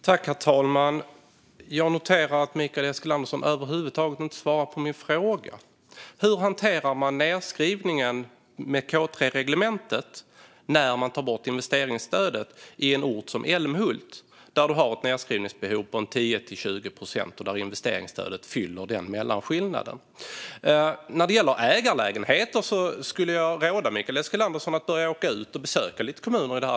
Herr talman! Jag noterar att Mikael Eskilandersson över huvud taget inte svarar på min fråga. Hur hanterar man nedskrivningen med K3-reglementet när man tar bort investeringsstödet i en ort som Älmhult? Där har man ett nedskrivningsbehov på 10-20 procent, och investeringsstödet täcker den mellanskillnaden. När det gäller ägarlägenheter råder jag Mikael Eskilandersson att åka ut och besöka lite kommuner.